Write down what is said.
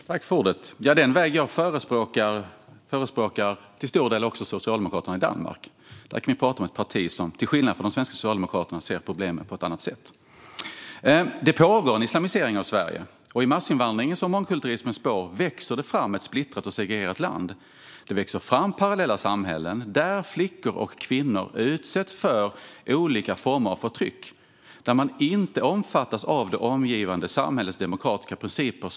Fru talman! Den väg jag förespråkar förespråkas även till stor del av socialdemokraterna i Danmark. Där kan vi tala om ett parti som till skillnad från de svenska socialdemokraterna ser problemet på ett annat sätt. Det pågår en islamisering av Sverige, och i massinvandringens och mångkulturismens spår växer ett splittrat och segregerat land fram. Parallella samhällen växer fram, där flickor och kvinnor utsätts för olika former av förtryck. De omfattas inte av det omgivande samhällets demokratiska principer.